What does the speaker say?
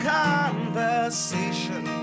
conversation